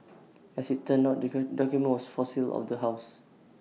as IT turned out document for sale of the house